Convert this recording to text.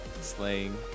slaying